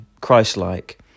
Christ-like